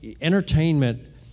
entertainment